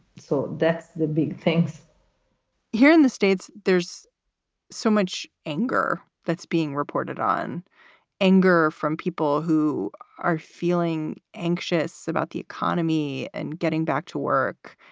so that's the big things here in the states there's so much anger that's being reported on anger from people who are feeling anxious about the economy and getting back to work.